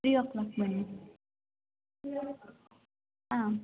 three o'clock ಬನ್ನಿ ಹಾಂ